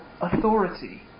authority